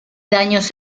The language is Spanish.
daños